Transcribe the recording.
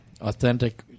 authentic